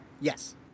Yes